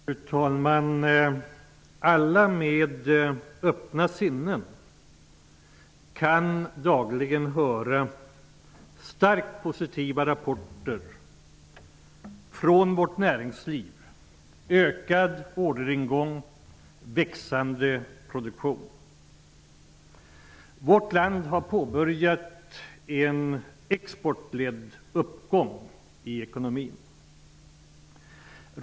Fru talman! Alla med öppna sinnen kan dagligen höra starkt positiva rapporter från vårt näringsliv, om ökad orderingång och växande produktion. Vårt land har påbörjat en exportledd uppgång i ekonomin.